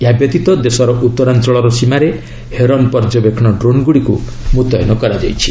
ଏହା ବ୍ୟତୀତ ଦେଶର ଉତ୍ତରାଞ୍ଚଳର ସୀମାରେ ହେରନ୍ ପର୍ଯ୍ୟବେକ୍ଷଣ ଡ୍ରୋନ୍ଗୁଡ଼ିକୁ ମୁତୟନ କରାଯାଇଛି